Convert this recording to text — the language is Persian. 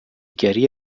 گری